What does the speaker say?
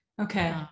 Okay